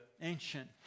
ancient